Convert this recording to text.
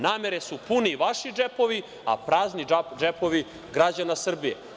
Namere su puni vaši džepovi, a prazni džepovi građana Srbije.